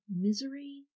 misery